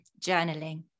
journaling